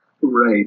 Right